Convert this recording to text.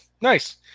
nice